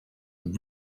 are